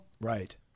Right